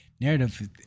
narrative